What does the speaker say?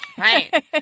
Right